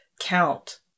count